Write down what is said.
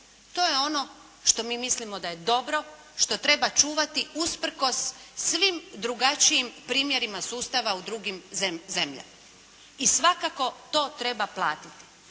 To je ono što mi mislimo da je dobro, što treba čuvati usprkos svim drugačijim primjerima sustava u drugim zemljama. I svakako to treba platiti.